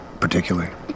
particularly